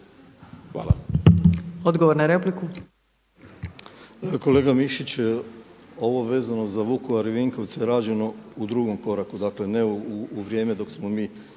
Hvala.